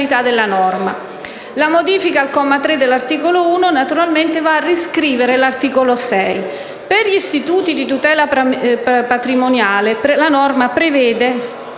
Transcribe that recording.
La modifica al comma 3 dell'articolo 1, naturalmente va a riscrivere l'articolo 6. Per gli istituti di tutela patrimoniale, la norma prevede